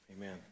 amen